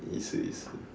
it's it's